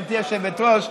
גברתי היושבת-ראש,